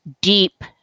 deep